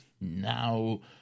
now